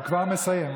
הוא כבר מסיים.